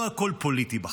לא הכול פוליטי בחיים.